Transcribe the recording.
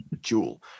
jewel